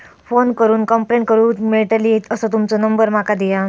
Phone करून complaint करूक मेलतली असो तुमचो नंबर माका दिया?